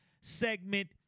segment